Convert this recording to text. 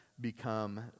become